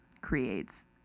creates